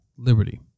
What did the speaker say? Liberty